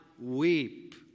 weep